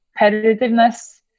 competitiveness